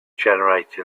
generate